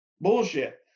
bullshit